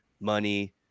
money